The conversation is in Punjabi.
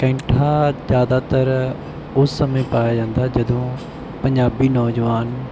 ਕੈਂਠਾ ਜ਼ਿਆਦਾਤਰ ਉਸ ਸਮੇਂ ਪਇਆ ਜਾਂਦਾ ਹੈ ਜਦੋਂ ਪੰਜਾਬੀ ਨੌਜਵਾਨ